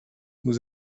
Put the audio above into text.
nous